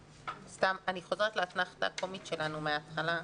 אני חוזרת לאתנחתה הקומית שלנו מתחילת הדיון.